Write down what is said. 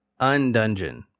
Undungeon